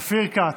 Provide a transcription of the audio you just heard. אופיר כץ.